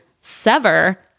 sever